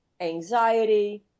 anxiety